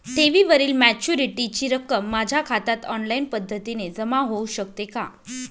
ठेवीवरील मॅच्युरिटीची रक्कम माझ्या खात्यात ऑनलाईन पद्धतीने जमा होऊ शकते का?